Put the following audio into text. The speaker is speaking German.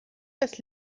das